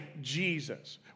Jesus